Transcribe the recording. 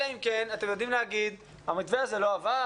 אלא אם כן אתם יודעים להגיד: המתווה הזה לא עבד,